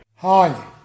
Hi